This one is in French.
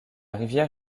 rivière